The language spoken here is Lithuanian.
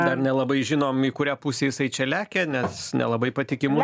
dar nelabai žinom į kurią pusę jisai čia lekia nes nelabai patikimų